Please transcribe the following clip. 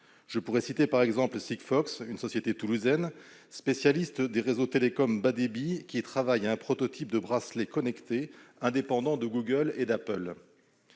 Je pourrai par exemple citer Sigfox, une société toulousaine spécialiste des réseaux de télécommunication bas débit, qui travaille à un prototype de bracelet connecté indépendant de Google et d'Apple.